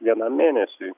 vienam mėnesiui